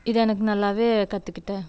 இதை எனக்கு நல்லாவே கற்றுக்கிட்டேன்